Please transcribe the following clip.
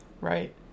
Right